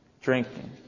drinking